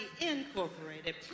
Incorporated